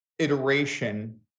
iteration